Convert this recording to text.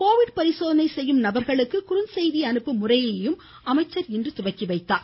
Covid பரிசோதனை செய்யும் நபர்களுக்கு குறுஞ்செய்தி அனுப்பும் அமைச்சர் இன்று தொடங்கிவைத்தார்